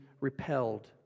repelled